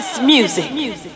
Music